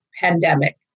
pandemic